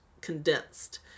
condensed